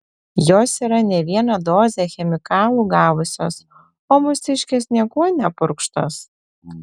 jos yra ne vieną dozę chemikalų gavusios o mūsiškės niekuo nepurkštos